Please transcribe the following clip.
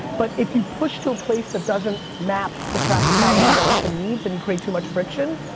but if you push to a place that doesn't map the practicality wants and needs and you create too much friction?